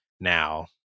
now